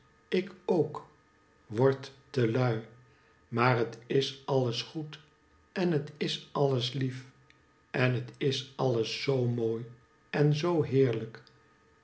ik ook word telui maar het is alles goed en het is alles lief en het is alles zoo mooi en zoo heerlijk